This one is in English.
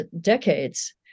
decades